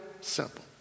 simple